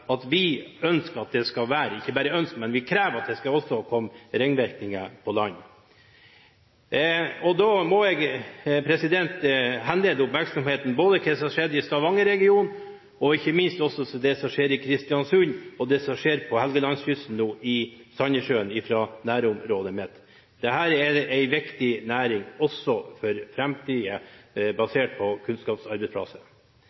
at vi ønsker – ikke bare ønsker, men krever – at det skal få ringvirkninger på land. Da vil jeg henlede oppmerksomheten på både det som skjedde i Stavanger-regionen, og ikke minst det som skjer i Kristiansund og på Helgelandskysten nå, i Sandnessjøen, nærområdet mitt. Dette er en viktig næring – også for